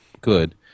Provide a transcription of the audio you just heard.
good